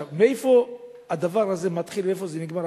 מאיפה הדבר הזה מתחיל ואיפה זה נגמר,